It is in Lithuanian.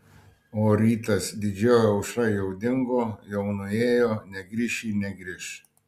o rytas didžioji aušra jau dingo jau nuėjo negrįš ji negrįš